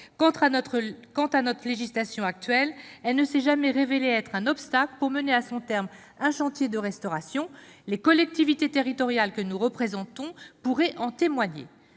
Quant à notre législation actuelle, elle ne s'est jamais révélée un obstacle pour mener à son terme un chantier de restauration : les collectivités territoriales, que nous représentons, pourraient en témoigner.